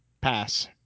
Pass